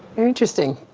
very interesting.